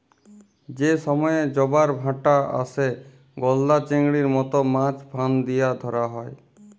যে সময়ে জবার ভাঁটা আসে, গলদা চিংড়ির মত মাছ ফাঁদ দিয়া ধ্যরা হ্যয়